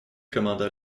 commanda